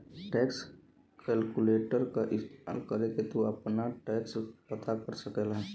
tax calculator क इस्तेमाल करके तू आपन टैक्स पता कर सकला